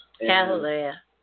Hallelujah